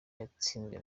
yatsinzwe